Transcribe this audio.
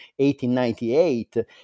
1898